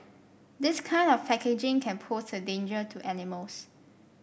this kind of packaging can pose a danger to animals